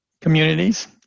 communities